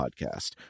podcast